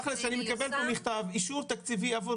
תכלס אני מקבל פה מכתב אישור תקציבי עבור